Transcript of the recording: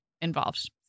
involved